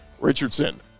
Richardson